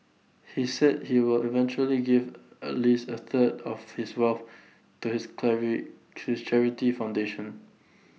he said he will eventually give at least A third of his wealth to his charity foundation